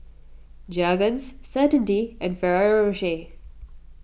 Jergens Certainty and Ferrero Rocher